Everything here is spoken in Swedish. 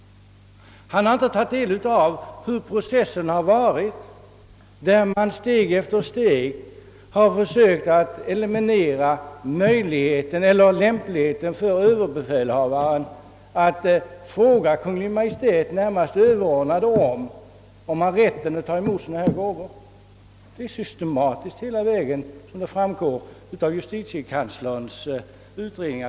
Han har icke heller gjort sig underrättad om den process som försiggått, varvid man steg för steg försökt eliminera frågan om lämpligheten av att överbefälhavaren skulle rådgöra med Kungl. Maj:t — hans närmaste överordnade — om han har rätt att ta emot sådana gåvor. Detta är systematiskt genomfört, vilket framgår av justitiekanslerns utredning.